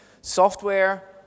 Software